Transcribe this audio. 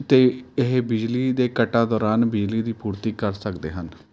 ਅਤੇ ਇਹ ਬਿਜਲੀ ਦੇ ਕੱਟਾਂ ਦੌਰਾਨ ਬਿਜਲੀ ਦੀ ਪੂਰਤੀ ਕਰ ਸਕਦੇ ਹਨ